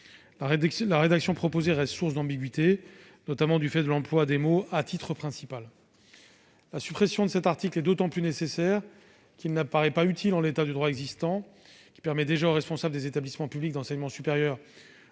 La rédaction proposée reste source d'ambiguïtés, notamment du fait de l'emploi des mots « à titre principal ». La suppression de cet article est d'autant plus nécessaire qu'il ne paraît pas utile. En effet, le droit existant permet déjà aux responsables d'établissement public d'enseignement supérieur